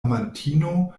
amantino